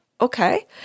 okay